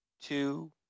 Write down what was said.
two